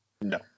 No